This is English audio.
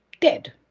dead